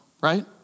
Right